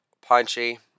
punchy